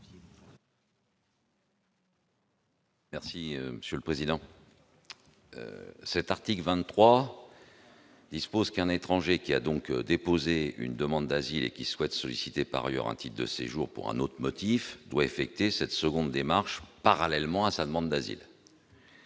présenter l'amendement n° 18. L'article 23 dispose qu'un étranger qui a déposé une demande d'asile et qui souhaite solliciter par ailleurs un titre de séjour pour un autre motif doit effectuer cette seconde démarche parallèlement à sa demande d'asile.